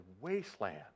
wasteland